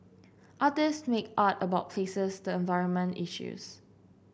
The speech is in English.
artists make art about places the environment issues